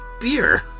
Beer